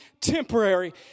temporary